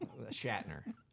Shatner